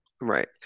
Right